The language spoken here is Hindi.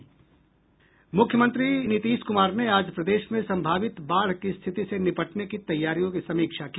मूख्यमंत्री नीतीश कुमार ने आज प्रदेश में संभावित बाढ़ की स्थिति से निपटने की तैयारियों की समीक्षा की